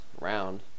round